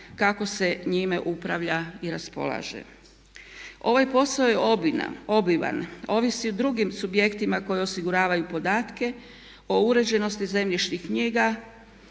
kako se njime upravlja i raspolaže. Ovaj posao je obiman, ovisi o drugim subjektima koji osiguravaju podatke, o uređenosti zemljišnih knjiga